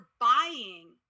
buying